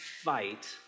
fight